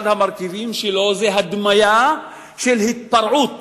אחד המרכיבים שלו היה הדמיה של התפרעות